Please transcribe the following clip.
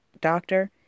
doctor